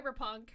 Cyberpunk